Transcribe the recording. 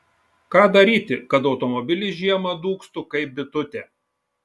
ką daryti kad automobilis žiemą dūgztų kaip bitutė